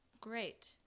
great